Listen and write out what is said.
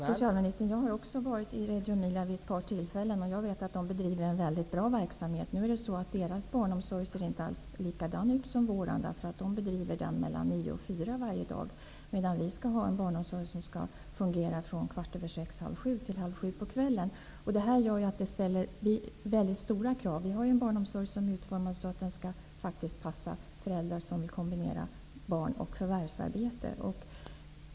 Fru talman! Jag har också besökt Regumilia vid ett par tillfällen och vet att man där bedriver en väldigt bra verksamhet. Men barnomsorgen där ser inte alls ut som vår, därför att den bedrivs mellan kl. 09.00 och kl. 16.00 varje dag. Vi däremot skall ha en barnomsorg som fungerar från kl. 06.15--06.30 till kl. 19.30. Det gör att väldigt stora krav ställs här i Sverige. Vår barnomsorg är ju utformad så, att den passar föräldrar som vill kombinera vården av barn med förvärvsarbete.